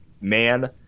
man